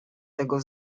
tego